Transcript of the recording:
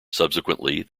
subsequently